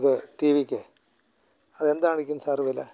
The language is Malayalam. ഇത് ടി വിക്ക് അതെന്തായിരിക്കും സാർ വില